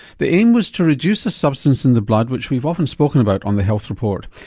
the aim was to reduce a substance in the blood which we've often spoken about on the health report.